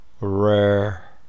rare